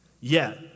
Yet